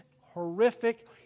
horrific